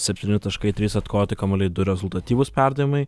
septyni taškai trys atkovoti kamuoliai du rezultatyvūs perdavimai